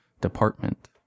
department